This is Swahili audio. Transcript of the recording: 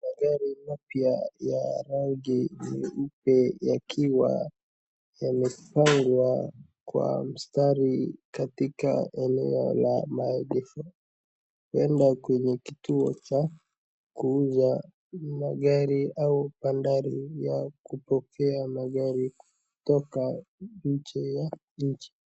Magari mapya ya rangi nyeupe yakiwa yamepangwa kwa mstari katika eneo la maegesho. Huenda kwenye kituo cha kuuza magari au bandari ya kupokea magari kutoka nje ya nchi.